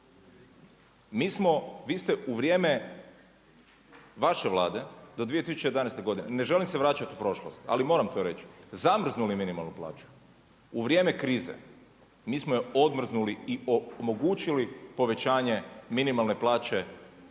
Vi ste u vrijeme vaše Vlade do 2011. godine, ne želim se vraćati u prošlost ali moram to reći zamrznuli minimalnu plaću. U vrijeme krize mi smo je odmrznuli i omogućili povećanje minimalne plaće